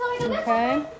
Okay